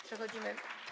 Przechodzimy.